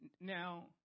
Now